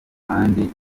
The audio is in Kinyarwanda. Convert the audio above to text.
kandi